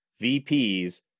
VPs